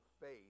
faith